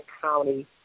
county